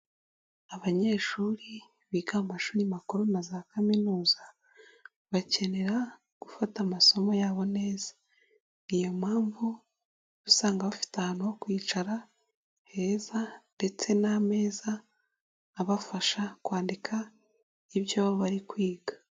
Abanyeshuri biga mu mashuri makuru na za kaminuza bakenera gufata amasomo yabo neza, ni iyo mpamvu uba usanga bafite ahantu ho kwicara heza ndetse n'ameza abafasha kwandika ibyo bari kwiga.